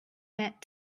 met